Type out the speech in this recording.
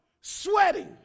Sweating